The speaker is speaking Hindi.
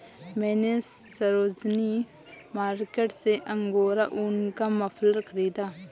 मैने सरोजिनी मार्केट से अंगोरा ऊन का मफलर खरीदा है